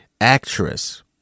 actress